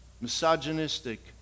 misogynistic